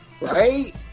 right